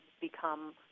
become